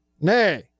nay